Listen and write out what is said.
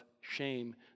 shame